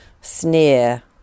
sneer